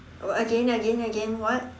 uh what again again again what